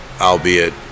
albeit